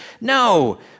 No